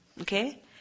okay